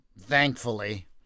thankfully